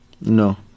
No